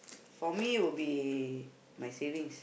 for me would be my savings